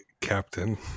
Captain